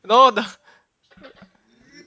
no the